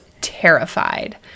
terrified